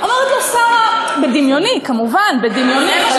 אומרת לו שרה, בדמיוני, כמובן, בדמיוני.